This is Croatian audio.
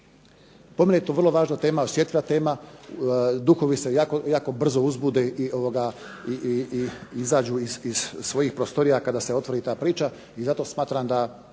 mene je to vrlo važna tema, osjetljiva tema. Duhovi se jako brzo uzbude i izađu iz svojih prostorija kada se otvori ta priča i zato smatram da